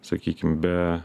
sakykim be